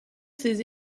ses